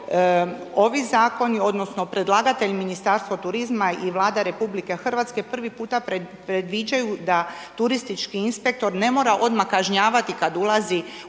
ovi zakoni, odnosno predlagatelj Ministarstvo turizma i Vlada RH prvi puta predviđaju da turistički inspektor ne mora odmah kažnjavati kada ulazi u objekt